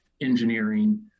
engineering